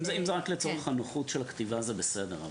אם זה רק לצורך הנוחות של הכתיבה, זה בסדר.